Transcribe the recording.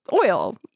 oil